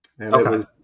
Okay